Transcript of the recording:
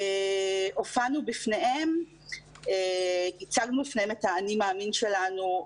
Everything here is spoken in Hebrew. הופענו בפניהם, הצגנו בפניהם את האני-מאמין שלנו.